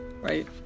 right